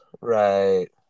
Right